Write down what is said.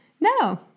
No